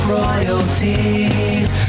royalties